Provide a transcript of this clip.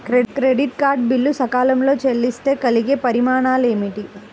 Credit card bill సకాలంలో చెల్లిస్తే కలిగే పరిణామాలేమిటి?